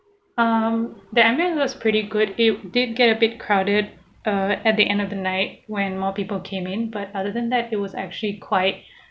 um the ambience was pretty good it did get a bit crowded err at the end of the night when more people came in but other than that it was actually quite